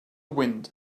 wind